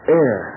air